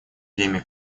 время